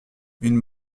une